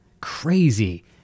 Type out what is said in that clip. crazy